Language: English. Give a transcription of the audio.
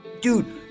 dude